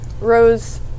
Rose